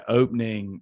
opening